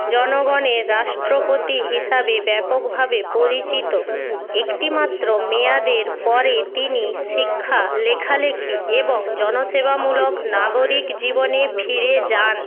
জনগণের রাষ্ট্রপতি হিসাবে ব্যাপকভাবে পরিচিত একটিমাত্র মেয়াদের পরে তিনি শিক্ষা লেখালেখি এবং জনসেবামূলক নাগরিক জীবনে ফিরে যান